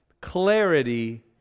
clarity